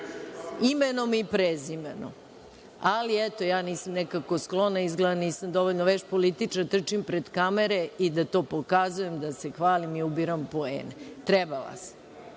imenom i prezimenom, ali, eto, ja nisam nekako sklona, izgleda da nisam dovoljno vešt političar, da trčim pred kamere i da to pokazujem, da se hvalim i ubiram poene. Trebala